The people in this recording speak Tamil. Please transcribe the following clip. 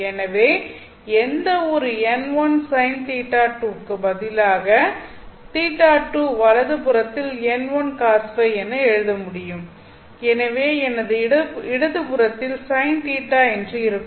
எனவே எந்த ஒரு n1 sin θ2 க்கு பதிலாக θ2 வலதுபுறத்தில் n1Cos Ø என எழுத முடியும் எனவே இடது புறத்தில் sin θ என்று இருக்கும்